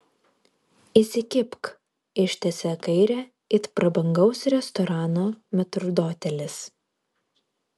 įsikibk ištiesia kairę it prabangaus restorano metrdotelis